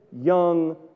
young